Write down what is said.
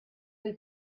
fil